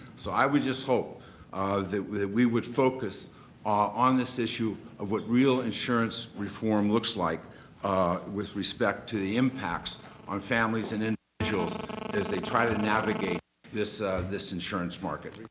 so i would just hope that we would focus on this issue of what real insurance reform looks like with respect to the impacts on families and and individuals as they try to navigate this this insurance market.